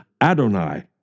Adonai